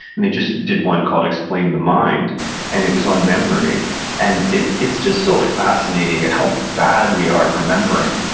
and they just did one called explaining the mind and it was on memory and it's just so fascinating and how bad we are at remembering.